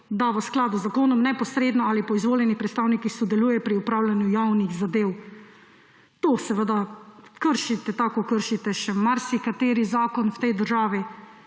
da v skladu z zakonom neposredno ali po izvoljenih predstavnikih sodeluje pri upravljanju javnih zadev. Tako kršite še marsikateri zakon v tej državi.